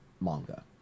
manga